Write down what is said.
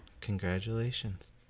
Congratulations